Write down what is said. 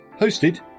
Hosted